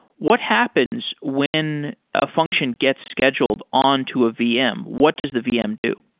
what happens when a function gets scheduled on to a vm? what does the vm do?